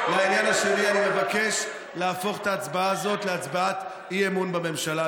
אני מבקש להפוך את ההצבעה הזאת להצבעת אי-אמון בממשלה,